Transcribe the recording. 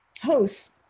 hosts